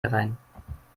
herein